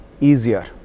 easier